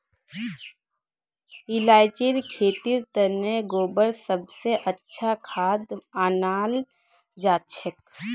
इलायचीर खेतीर तने गोबर सब स अच्छा खाद मनाल जाछेक